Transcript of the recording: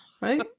right